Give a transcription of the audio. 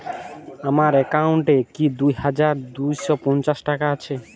আমার অ্যাকাউন্ট এ কি দুই হাজার দুই শ পঞ্চাশ টাকা আছে?